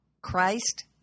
Christ